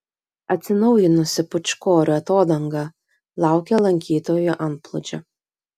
atsinaujinusi pūčkorių atodanga laukia lankytojų antplūdžio